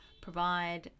provide